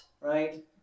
right